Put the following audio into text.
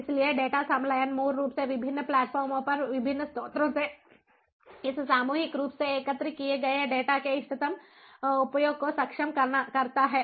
इसलिए डेटा संलयन मूल रूप से विभिन्न प्लेटफार्मों पर विभिन्न स्रोतों से इस सामूहिक रूप से एकत्र किए गए डेटा के इष्टतम उपयोग को सक्षम करता है